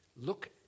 look